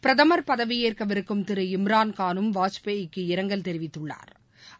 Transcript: பிரதமா் பதவியேற்கவிருக்கும் திரு இம்ரான்கானும் வாஜ்பாய்க்கு இரங்கல் தெரிவித்துள்ளாா்